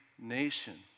nation